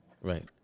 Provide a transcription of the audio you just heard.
Right